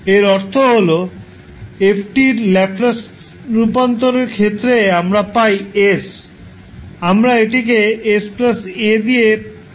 এর অর্থ হল 𝑓𝑡 এর ল্যাপলাস রূপান্তরের ক্ষেত্রে আমরা পাই 𝑠 আমরা এটিকে 𝑠 𝑎 দ্বারা প্রতিস্থাপন করব